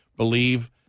believe